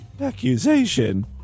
accusation